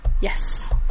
Yes